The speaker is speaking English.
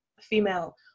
female